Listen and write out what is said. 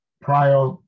prior